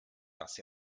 dass